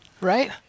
Right